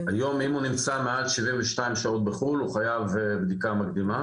היום אם הוא נמצא מעל 72 שעות בחו"ל הוא חייב בבדיקה מקדימה.